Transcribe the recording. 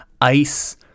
ice